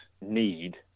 need